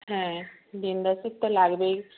হ্যাঁ দিন দশেক তো লাগবেই